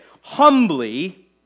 humbly